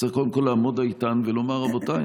צריך קודם כול לעמוד איתן ולומר: רבותיי,